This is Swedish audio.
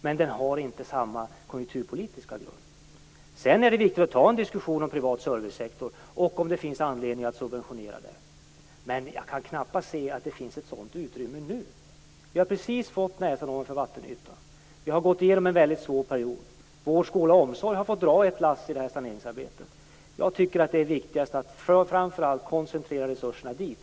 Men de har inte samma konjunkturpolitiska grund. Sedan är det viktigt att ta en diskussion om den privata servicesektorn och om det finns anledning att subventionera den. Jag kan knappast se att det finns ett sådant utrymme nu. Vi har precis fått näsan ovanför vattenytan. Vi har gått igenom en väldigt svår period. Vård, skola och omsorg har fått dra ett lass i det här saneringsarbetet. Jag tycker att det är viktigast att framför allt koncentrera resurserna dit.